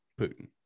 Putin